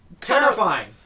terrifying